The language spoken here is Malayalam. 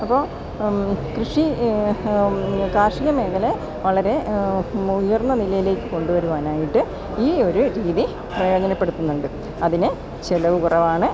അപ്പോള് കൃഷി കാർഷിക മേഖല വളരെ ഉയർന്ന നിലയിലേക്ക് കൊണ്ടുവരുവാനായിട്ട് ഈ ഒരു രീതി പ്രയോജനപ്പെടുത്തുന്നുണ്ട് അതിന് ചെലവ് കുറവാണ്